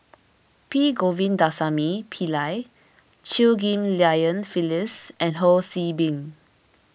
P Govindasamy Pillai Chew Ghim Lian Phyllis and Ho See Beng